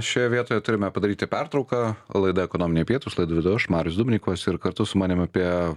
šioje vietoje turime padaryti pertrauką laida ekonominiai pietūs laidą vedu aš marius dubnikovas ir kartu su manim apie